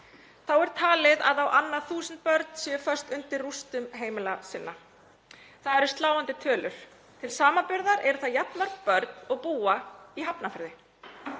Þá er talið að á annað þúsund börn séu föst undir rústum heimila sinna. Það eru sláandi tölur. Til samanburðar eru það jafnmörg börn og búa í Hafnarfirði.